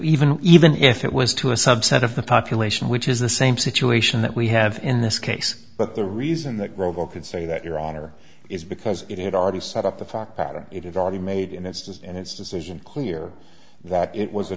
even even if it was to a subset of the population which is the same situation that we have in this case but the reason that robel could say that your honor is because it had already set up the fact pattern it is already made and it's just and it's decision clear that it was a